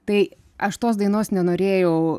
tai aš tos dainos nenorėjau